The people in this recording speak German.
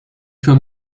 für